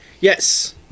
Yes